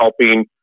helping